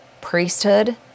priesthood